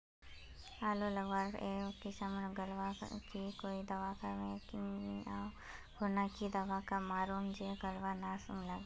आलू लगवार बात ए किसम गलवा लागे की कोई दावा कमेर नि ओ खुना की दावा मारूम जे गलवा ना लागे?